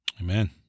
Amen